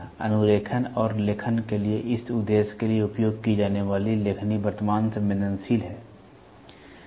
अनुरेखण और लेखन के लिए इस उद्देश्य के लिए उपयोग की जाने वाली लेखनी वर्तमान संवेदनशील है